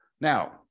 Now